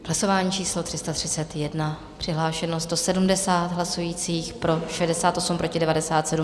Hlasování číslo 331, přihlášeno 170 hlasujících, pro 68, proti 97.